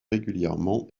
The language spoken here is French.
régulièrement